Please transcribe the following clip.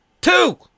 Two